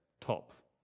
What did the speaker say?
top